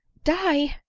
die!